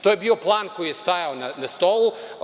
To je bio plan koji je stajao na stolu.